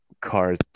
cars